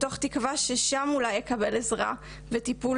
מתוך תקווה ששם אולי אקבל עזרה וטיפול,